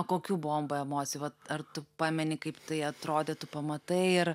o kokių bomba emocijų vat ar tu pameni kaip tai atrodytė tu pamatai ir